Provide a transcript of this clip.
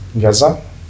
Gaza